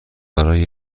برای